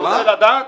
אתה רוצה לדעת?